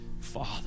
father